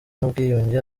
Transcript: n’ubwiyunge